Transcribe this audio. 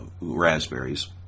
raspberries